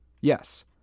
Yes